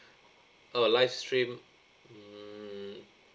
oh live stream mm